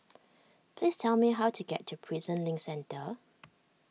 please tell me how to get to Prison Link Centre